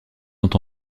sont